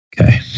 Okay